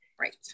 Right